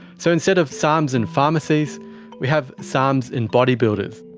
so instead of sarms in pharmacies we have sarms in bodybuilders.